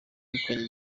wegukanye